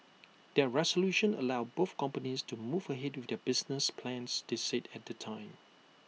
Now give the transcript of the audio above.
that resolution allowed both companies to move ahead with their business plans they said at the time